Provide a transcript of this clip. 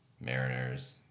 Mariners